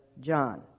John